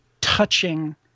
touching